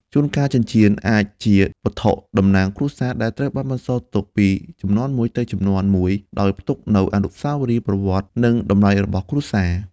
ជួនកាល ចិញ្ចៀនអាចជា វត្ថុតំណាងគ្រួសារ ដែលត្រូវបានបន្សល់ទុកពីជំនាន់មួយទៅជំនាន់មួយ ដោយផ្ទុកនូវអនុស្សាវរីយ៍ ប្រវត្តិ និងតម្លៃរបស់គ្រួសារ។